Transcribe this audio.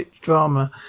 drama